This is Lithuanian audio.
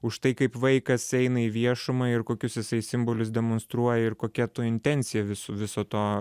už tai kaip vaikas eina į viešumą ir kokius jisai simbolius demonstruoja ir kokia to intencija vis viso to